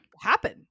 happen